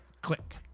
Click